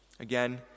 Again